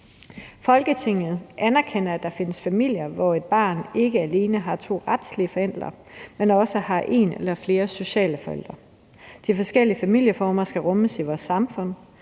»Folketinget anerkender, at der familier, hvor et barn ikke alene har to retlige forældre, men også én eller flere sociale forældre. De forskellige familieformer skal rummes i vores samfund.